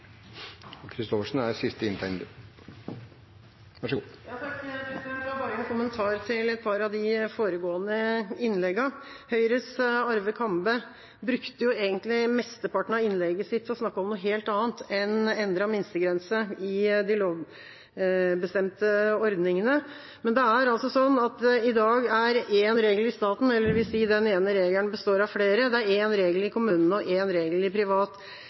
bare noen kommentarer til et par av de foregående innleggene. Høyres Arve Kambe brukte egentlig mesteparten av innlegget sitt til å snakke om noe helt annet enn endret minstegrense i de lovbestemte ordningene. Men det er altså sånn at det i dag er én regel i staten, eller dvs. at den ene regelen består av flere, det er én regel i kommunene og én regel i privat